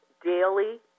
daily